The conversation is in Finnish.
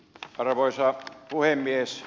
arvoisa puhemies